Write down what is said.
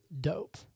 dope